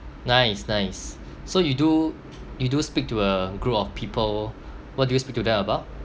nice nice so you do you do speak to a group of people what do you speak to them about